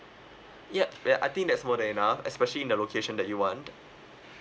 yup ya I think that's more than enough especially in the location that you want